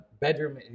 bedroom